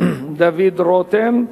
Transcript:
דוד רותם,